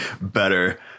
better